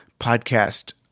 podcast